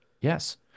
Yes